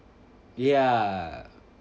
ya